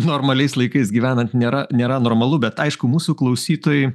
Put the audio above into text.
normaliais laikais gyvenant nėra nėra normalu bet aišku mūsų klausytojai